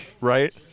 right